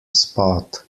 spot